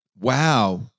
Wow